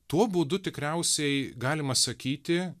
tuo būdu tikriausiai galima sakyti